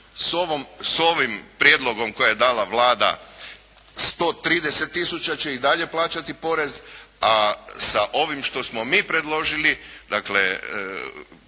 s ovim prijedlogom koji je dala Vlada 130 tisuća će i dalje plaćati porez, a sa ovim što smo mi predložili, dakle